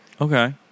Okay